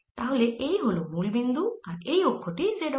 তাহলে এই হল মুল বিন্দু আর এই অক্ষ টি z অক্ষ